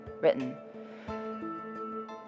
written